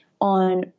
on